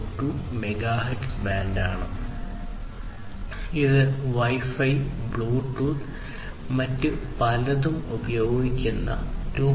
42 megahertz ബാൻഡാണ് ഇത് Wi Fi Bluetooth മറ്റ് പലതും ഉപയോഗിക്കുന്ന 2